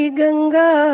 ganga